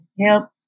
help